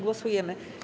Głosujemy.